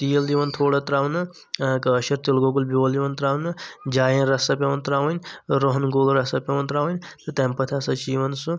تیٖل یِوان تھوڑا ترٛاونہٕ کأشُر تِلہٕ گۄگُل بیول یِوان ترٛاونہٕ جاوین رَژھا پٮ۪وان ترٛاوٕنۍ رۄہنہٕ گوٚل رسا پٮ۪وان ترٛاوٕنۍ تہٕ تٔمہِ پتہٕ ہسا چھ یِوان سُہ